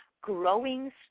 growing